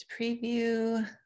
preview